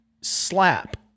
slap